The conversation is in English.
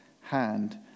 hand